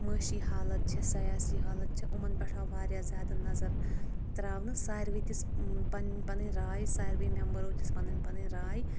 معٲشی حالت چھِ سیاسی حالت چھِ أمن پٮ۪ٹھ آو واریاہ زیادٕ نظر ترٛاونہٕ ساروٕے دِژ پنٕنۍ پنٕنۍ راے ساروے میٚمبرو دِژ پنٕنۍ پنٕنۍ راے